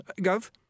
gov